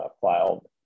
filed